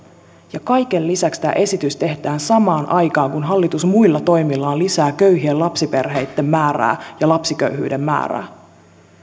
ja kaiken lisäksi tämä esitys tehdään samaan aikaan kun hallitus muilla toimillaan lisää köyhien lapsiperheitten määrää ja lapsiköyhyyden määrää